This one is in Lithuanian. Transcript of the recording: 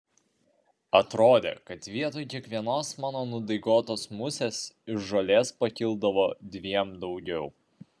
atrodė kad vietoj kiekvienos mano nudaigotos musės iš žolės pakildavo dviem daugiau